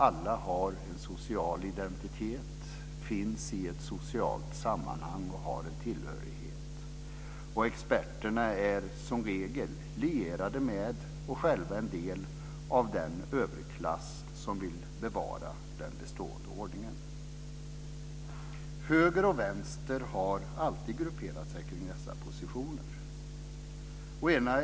Alla har en social identitet, finns i ett socialt sammanhang och har en tillhörighet. Experterna är, som regel, lierade med och själva en del av den överklass som vill bevara den bestående ordningen. Höger och vänster har alltid grupperat sig kring dessa positioner.